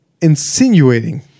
insinuating